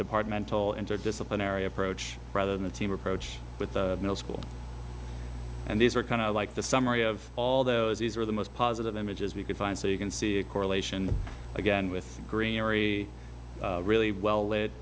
departmental interdisciplinary approach rather than a team approach with the middle school and these are kind of like the summary of all those these are the most positive images we could find so you can see a correlation again with greenery really well lit